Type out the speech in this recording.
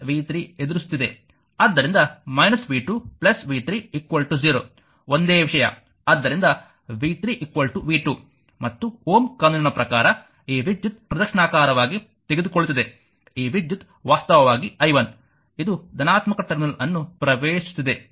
ಆದ್ದರಿಂದ v 2 v 3 0 ಒಂದೇ ವಿಷಯ ಆದ್ದರಿಂದ v 3 v 2 ಮತ್ತು Ω ಕಾನೂನಿನ ಪ್ರಕಾರ ಈ ವಿದ್ಯುತ್ ಪ್ರದಕ್ಷಿಣಾಕಾರವಾಗಿ ತೆಗೆದುಕೊಳ್ಳುತ್ತಿದೆ ಈ ವಿದ್ಯುತ್ ವಾಸ್ತವವಾಗಿ i 1 ಇದು ಧನಾತ್ಮಕ ಟರ್ಮಿನಲ್ ಅನ್ನು ಪ್ರವೇಶಿಸುತ್ತಿದೆ